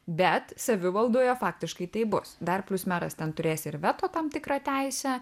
bet savivaldoje faktiškai tai bus dar plius meras ten turės ir veto tam tikrą teisę